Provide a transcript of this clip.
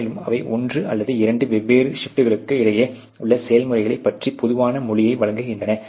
மேலும் அவை ஒன்று அல்லது இரண்டு வெவ்வேறு ஷிப்ட்களுக்கு இடையே உள்ள செயல்முறைகள் பற்றிய பொதுவான மொழியை வழங்குகின்றன